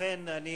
לכן אני